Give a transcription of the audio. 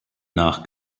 nach